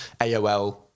AOL